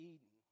Eden